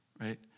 right